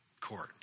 Court